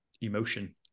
emotion